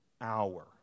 hour